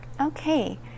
Okay